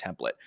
template